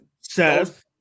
Seth